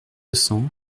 cents